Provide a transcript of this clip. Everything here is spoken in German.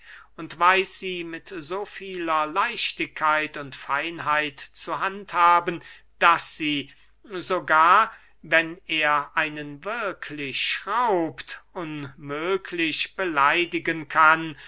und weiß sie mit so vieler leichtigkeit und feinheit zu handhaben daß sie sogar wenn er einen wirklich schraubt unmöglich beleidigen kann